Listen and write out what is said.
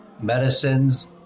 medicines